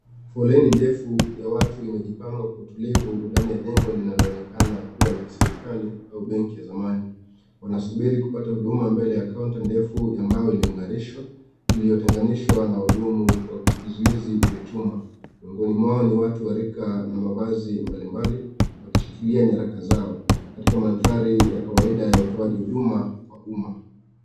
Foleni ndefu ya watu inajipanga kwa utulivu ndani ya jengo linaloonekana kua la kiserikali au benki ya zamani. Wanasubiri kupata huduma mbele ya kaunta ndefu ya mbao iliyongarishwa, iliyotenganishwa na wahudumu kwa vizuizi vya chuma. Miongoni mwao ni watu wa rika na mavazi mbali mbali wakishikilia nyaraka zao katika mandhari ya kawaida ya utoaji wa huduma kwa umma.